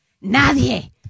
¡Nadie